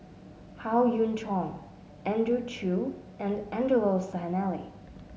Howe Yoon Chong Andrew Chew and Angelo Sanelli